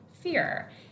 fear